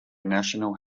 national